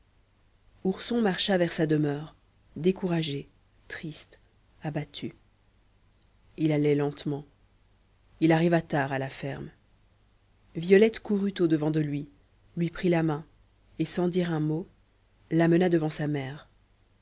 ourson marcha vers sa demeure découragé triste abattu il allait lentement il arriva tard à la ferme violette courut au-devant de lui lui prit la main et sans dire un mot l'amena devant sa mère